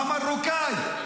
המרוקאי?